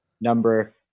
Number